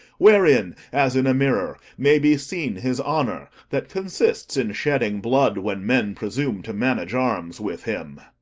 wherein, as in a mirror, may be seen his honour, that consists in shedding blood when men presume to manage arms with him.